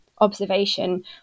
observation